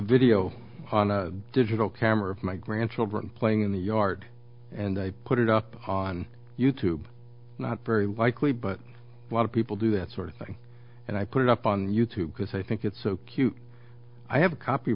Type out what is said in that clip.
video on a digital camera my grandchildren playing in the yard and they put it up on youtube not very likely but a lot of people do that sort of thing and i put it up on youtube because i think it's so cute i have a copy